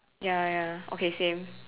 ya ya okay same